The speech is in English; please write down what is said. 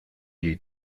you